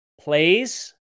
plays